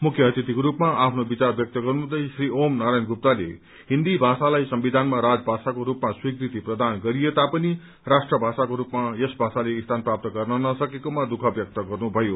मुख्य अतिथिको रूपमा आफ्नो विचार व्यक्त गर्नुहुँदै श्री ओम नारायण गुप्तले हिन्दी भाषालाई संविधानमा राजभाषाको रूपमा स्वीकृति प्रदान गरिए तापनि राष्ट्रभाषाको रूपमा यस भाषाले स्थान प्राप्त गर्न नसकेकोमा दुःख व्यक्त गर्नुभयो